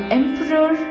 emperor